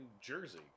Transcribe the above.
Jersey